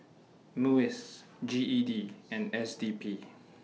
Muis G E D and S D P